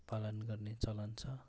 पालन गर्ने चलन छ